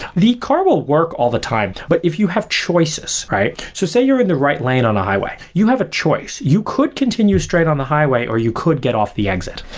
the car will work all the time, but if you have choices, right? so say you're in the right lane on a highway, you have a choice you could continue straight on the highway, or you could get off the exit.